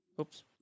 oops